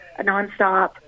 nonstop